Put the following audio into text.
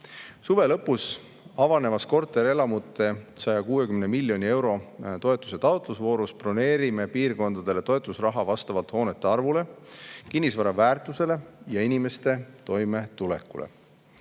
Suve lõpus avanevas korterelamute 160 miljoni euro toetuse taotlusvoorus broneerime piirkondadele toetusraha vastavalt hoonete arvule, kinnisvara väärtusele ja inimeste toimetulekule.